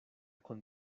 con